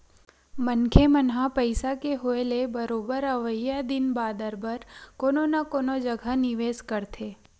मनखे मन ह पइसा के होय ले बरोबर अवइया दिन बादर बर कोनो न कोनो जघा निवेस करथे